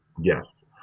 Yes